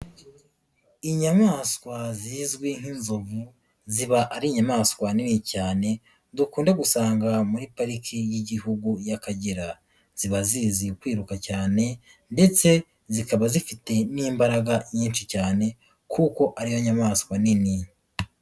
Inyamaswa zizwi nk'inzovu ziba ari inyamaswa nini cyane dukunda gusanga muri pariki y'igihugu y'Akagera, ziba zizi kwiruka cyane ndetse zikaba zifite n'imbaraga nyinshi cyane kuko ariyo nyamaswa nini.